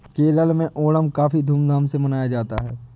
केरल में ओणम काफी धूम धाम से मनाया जाता है